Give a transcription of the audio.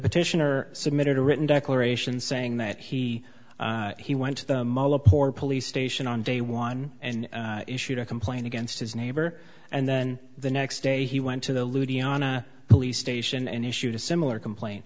petitioner submitted a written declaration saying that he he went to the police station on day one and issued a complaint against his neighbor and then the next day he went to the louisiana police station and issued a similar complain